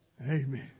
Amen